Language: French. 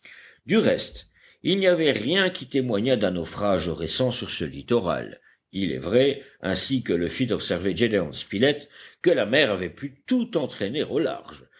du reste il n'y avait rien qui témoignât d'un naufrage récent sur ce littoral il est vrai ainsi que le fit observer gédéon spilett que la mer avait pu tout entraîner au large